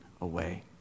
away